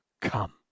come